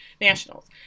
nationals